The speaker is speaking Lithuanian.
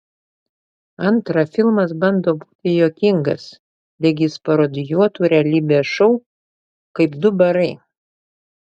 antra filmas bando būti juokingas lyg jis parodijuotų realybės šou kaip du barai